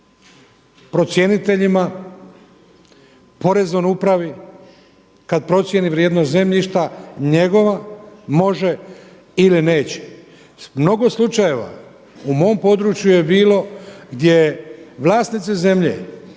procjeniteljima, Poreznoj upravi kad procijeni vrijednost zemljišta njegova može ili neće. Mnogo slučajeva u mom području je bilo gdje vlasnici zemlje